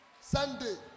Sunday